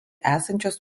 esančios